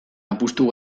apustu